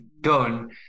done